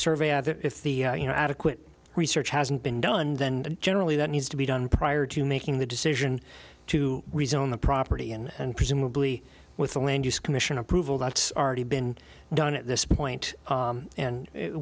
survey either if the you know adequate research hasn't been done then generally that needs to be done prior to making the decision to rezone the property and presumably with the land use commission approval that's already been done at this point and it